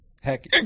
Heck